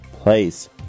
place